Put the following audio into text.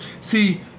See